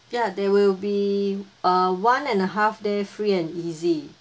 ya there will be uh one and a half day free and easy